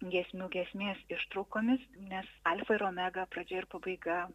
giesmių giesmės ištraukomis nes alfa ir omega pradžia ir pabaiga